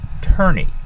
Turney